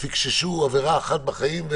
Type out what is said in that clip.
פקששו עבירה אחת בחיים,